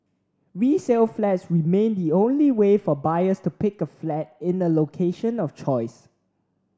resale flats remain the only way for buyers to pick a flat in a location of choice